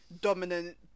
dominant